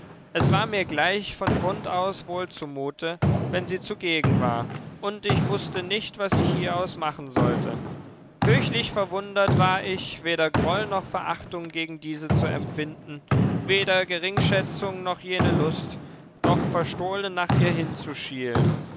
es war mir gleich von grund aus wohl zumute wenn sie zugegen war und ich wußte nicht was ich hieraus machen sollte höchlich verwundert war ich weder groll noch verachtung gegen diese zu empfinden weder geringschätzung noch jene lust doch verstohlen nach ihr